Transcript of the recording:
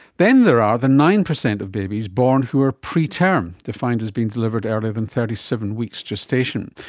then there are the nine percent of babies born who are preterm, defined as being delivered earlier than thirty seven weeks gestation.